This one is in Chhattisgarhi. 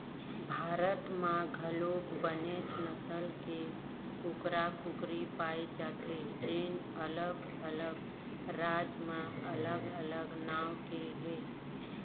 भारत म घलोक बनेच नसल के कुकरा, कुकरी पाए जाथे जेन अलग अलग राज म अलग अलग नांव के हे